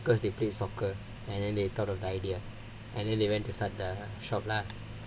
because they play soccer and then they thought of the idea and then they went to start the shop lah